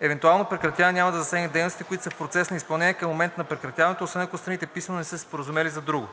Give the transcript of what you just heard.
Евентуално прекратяване няма да засегне дейностите, които са в процес на изпълнение към момента на прекратяването, освен ако страните писмено не са се споразумели за друго.